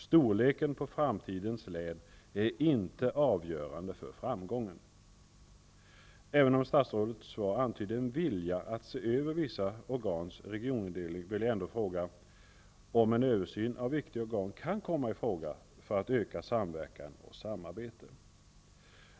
Storleken på framtidens län är inte avgörande för framgången. Även om statsrådet i sitt svar antyder en vilja att se över vissa organs regionindelning, vill jag ändå fråga om en översyn av viktiga organ kan komma i fråga för att öka samverkan och samarbete.